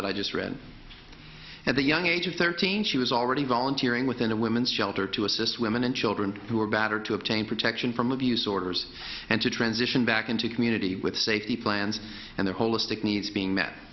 that i just read at the young age of thirteen she was already volunteering within a women's shelter to assist women and children who were battered to obtain protection from abuse orders and to transition back into a community with safety plans and the holistic needs being met